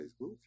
Facebook